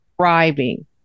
thriving